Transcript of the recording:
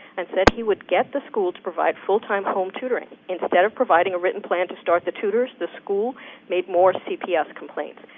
and said he would get the school to provide full time home tutoring. instead of providing a written plan to start the tutors, the school made more cps complaints.